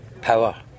power